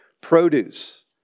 produce